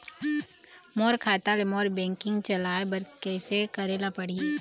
मोर खाता ले मोर बैंकिंग चलाए बर कइसे करेला पढ़ही?